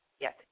Yes